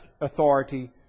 authority